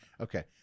Okay